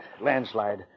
Landslide